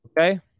Okay